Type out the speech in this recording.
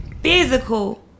physical